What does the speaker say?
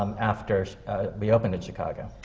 um after we opened in chicago.